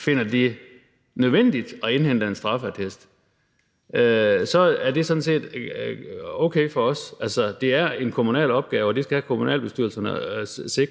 finder det nødvendigt at indhente en straffeattest, så er det sådan set okay for os. Det er en kommunal opgave, og det skal kommunalbestyrelserne